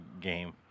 game